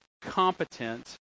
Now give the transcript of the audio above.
competent